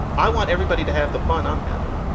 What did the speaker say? i want everybody to have the fun i'm having